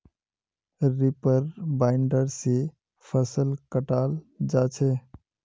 reaper binder से फसल कटाल जा छ